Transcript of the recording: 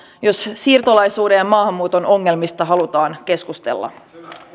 jos siirtolaisuuden ja maahanmuuton ongelmista halutaan keskustella